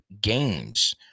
games